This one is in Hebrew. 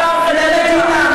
בקדימה.